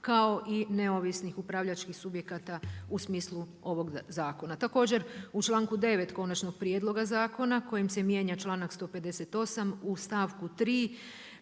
kao i neovisnih upravljačkih subjekata u smislu ovog zakona. Također u članku 9. konačnog prijedloga zakona kojim se mijenja članak 158. u stavku 3.